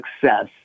success